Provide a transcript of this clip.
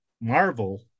Marvel